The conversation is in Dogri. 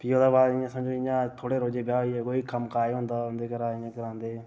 फ्ही ओह्दे बाद इ'य़ां समझो जि'यां थोह्ड़े रोजें च ब्याह् होई जा कोई बी कम्म काज होंदा उंदे घर दा इ'यां करोआंदे हे